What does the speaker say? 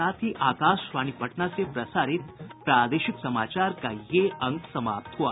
इसके साथ ही आकाशवाणी पटना से प्रसारित प्रादेशिक समाचार का ये अंक समाप्त हुआ